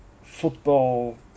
football